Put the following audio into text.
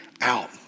out